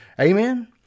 Amen